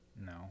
No